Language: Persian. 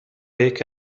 یکی